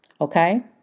Okay